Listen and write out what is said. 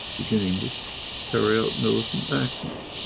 beginning to carry out militant actions.